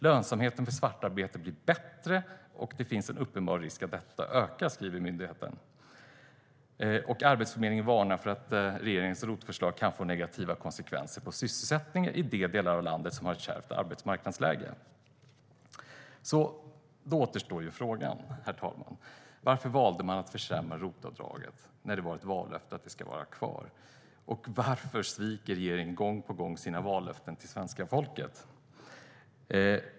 Lönsamheten för svartarbete blir bättre, och det finns en uppenbar risk att detta ökar, skriver myndigheterna. Arbetsförmedlingen varnar för att regeringens ROT-förslag kan få negativa konsekvenser på sysselsättningen i de delar av landet som har ett kärvt arbetsmarknadsläge. Då återstår frågorna, herr talman: Varför valde man att försämra ROT-avdraget när det var ett vallöfte att det skulle vara kvar? Varför sviker regeringen gång på gång sina vallöften till svenska folket?